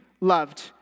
loved